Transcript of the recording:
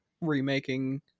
remaking